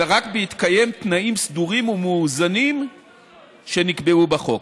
אלא רק בהתקיים תנאים סדורים ומאוזנים שנקבעו בחוק.